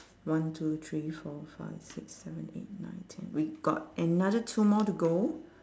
one two three four five six seven eight nine ten we got another two more to go